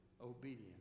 obedience